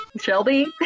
Shelby